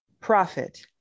profit